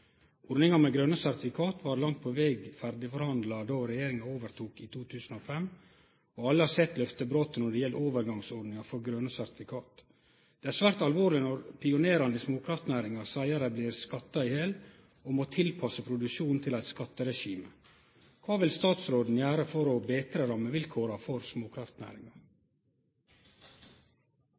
Ordninga med grøne sertifikat var langt på veg ferdigforhandla då regjeringa overtok i 2005. Alle har sett løftebrotet når det gjeld overgangsordningar for grøne sertifikat. Det er svært alvorleg når pionerane i småkraftnæringa seier at dei blir skatta i hel og må tilpasse produksjonen til eit skatteregime. Kva vil statsråden gjere for å betre rammevilkåra for småkraftnæringa?